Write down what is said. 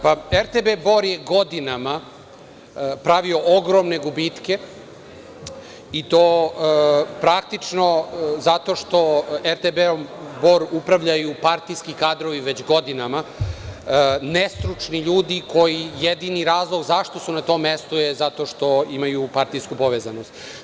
Rudarsko-topioničarski basen Bor je godinama pravio ogromne gubitke i to praktično zato što RTB Bor upravljaju partijski kadrovi već godinama, nestručni ljudi, a jedini razlog zašto su na tom mestu je zato što imaju partijsku povezanost.